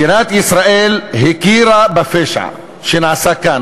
מדינת ישראל הכירה בפשע שנעשה כאן,